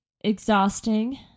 exhausting